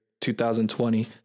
2020